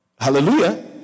Hallelujah